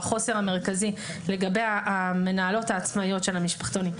החוסר המרכזי לגבי המנהלות העצמאיות של המשפחתונים.